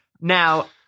Now